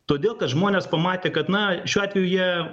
todėl kad žmonės pamatė kad na šiuo atveju jie